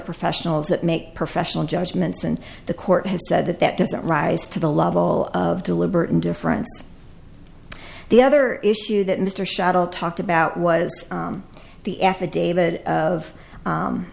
professionals that make professional judgments and the court has said that that doesn't rise to the level of deliberate indifference the other issue that mr shuttle talked about was the affidavit of